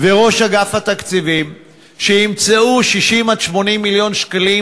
וראש אגף התקציבים שיימצאו 60 80 מיליון שקלים